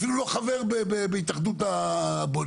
אפילו לא חבר בהתאחדות הבונים.